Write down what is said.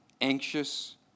anxious